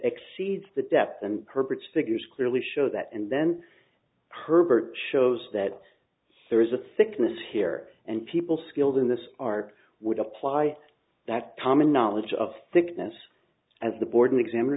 exceeds the depth and purpose figures clearly show that and then herbert shows that there is a thickness here and people skilled in this art would apply that common knowledge of sickness as the board exam or